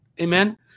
amen